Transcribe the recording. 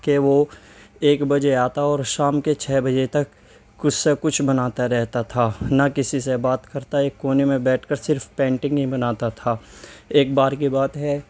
کہ وہ ایک بجے آتا اور شام کے چھ بجے تک کچھ سے کچھ بناتا رہتا تھا نہ کسی سے بات کرتا ایک کونے میں بیٹھ کر صرف پینٹنگ ہی بناتا تھا ایک بار کی بات ہے